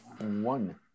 one